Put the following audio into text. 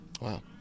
Wow